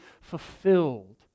fulfilled